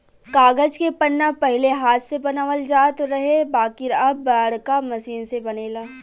कागज के पन्ना पहिले हाथ से बनावल जात रहे बाकिर अब बाड़का मशीन से बनेला